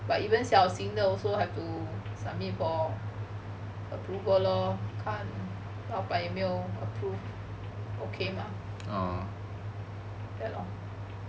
but even 小型的 also have to submit for approval lor 看老板有没有 approve okay mah ya lor